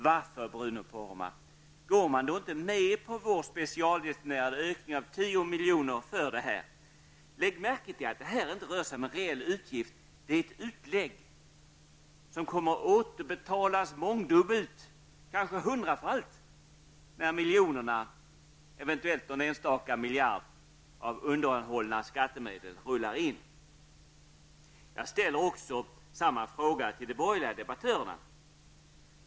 Varför, Bruno Poromaa, går man då inte med på vår specialdestinerade ökning av 10 miljoner för detta? Lägg märke till att det här inte rör sig om en rejäl utgift. Det gäller ett utlägg som kommer att återbetalas mångdubbelt, kanske hundrafalt, när miljonerna och eventuellt någon enstaka miljard av undanhållna skattemedel rullar in. Jag ställer också samma fråga till de borgerliga debattörerna.